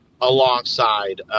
alongside